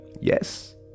Yes